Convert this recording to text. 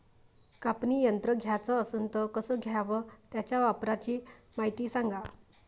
कापनी यंत्र घ्याचं असन त कस घ्याव? त्याच्या वापराची मायती सांगा